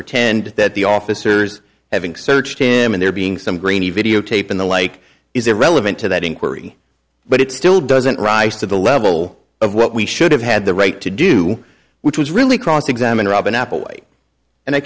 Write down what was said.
pretend that the officers having searched him in there being some grainy video tape and the like is irrelevant to that inquiry but it still doesn't rise to the level of what we should have had the right to do which was really cross examine robin appel way and i